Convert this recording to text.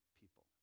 people